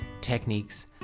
techniques